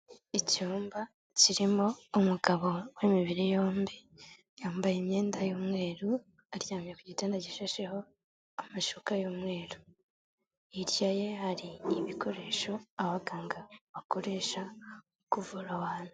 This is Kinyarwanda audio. Icyumba kirimo umugabo w'imibiri yombi, yambaye imyenda y'umweru, aryamye ku gitanda gishasheho amashyuka y'umweru. Hirya ye hari ibikoresho abaganga bakoresha mu kuvura abantu.